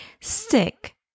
stick